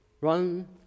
run